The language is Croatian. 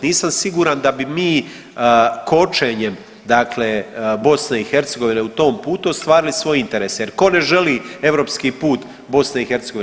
Nisam siguran da bi mi kočenjem dakle BiH u tom putu ostvarili svoje interese jer tko ne želi europski put BiH?